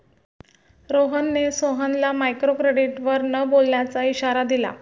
रोहनने सोहनला मायक्रोक्रेडिटवर न बोलण्याचा इशारा दिला